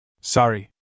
Sorry